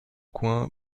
coin